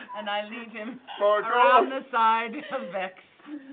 and i lead him around the side of vex.